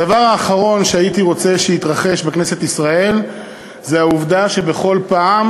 הדבר האחרון שהייתי רוצה שיתרחש בכנסת ישראל זה שבכל פעם,